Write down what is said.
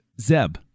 Zeb